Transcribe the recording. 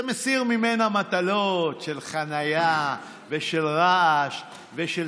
זה מסיר ממנה מטלות של חניה ושל רעש ושל